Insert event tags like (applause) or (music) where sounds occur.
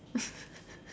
(laughs)